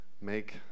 Make